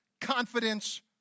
confidence